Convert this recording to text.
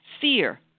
Fear